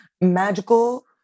magical